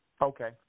Okay